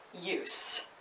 use